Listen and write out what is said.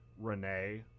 Renee